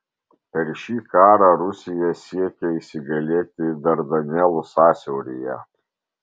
per šį karą rusija siekė įsigalėti dardanelų sąsiauryje